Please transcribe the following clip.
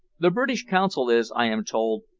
the british consul is, i am told,